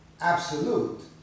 Absolute